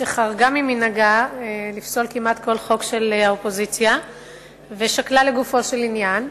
שחרגה ממנהגה לפסול כמעט כל חוק של האופוזיציה ושקלה לגופו של עניין.